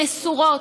מסורות,